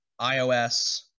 ios